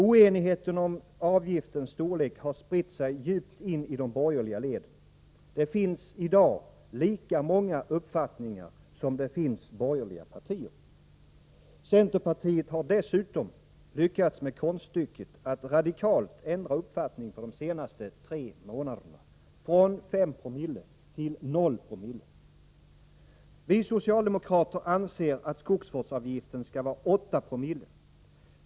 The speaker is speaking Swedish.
Oenigheten om avgiftens storlek har spritt sig djupt in i de borgerliga leden. Det finns i dag lika många uppfattningar som det finns borgerliga partier. Centerpartiet har dessutom lyckats med konststycket att radikalt ändra uppfattning på de senaste tre månaderna — från 5 co till O Zoo. Vi socialdemokrater anser att skogsvårdsavgiften skall vara 8 Joo.